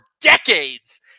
decades